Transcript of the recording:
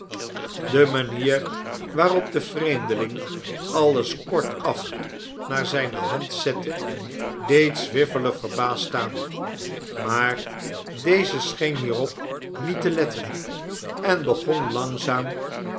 de manier waarop de vreemdeling alles kortaf naar zijne hand zette deed swiveller verbaasd staan maar deze scheen hierop niet te letten en begon langzaam